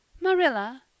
Marilla